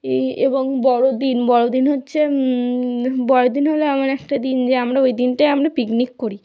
এই এবং বড়দিন বড়দিন হচ্ছে বড়দিন হলো এমন একটা দিন যে আমরা ওই দিনটায় আমরা পিকনিক করি